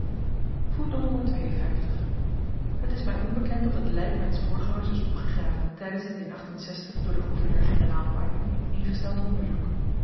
het is my onbekend of t lyk myns voorgangers is opgegraven tydens het in door den g g pahud ingesteld onderzoek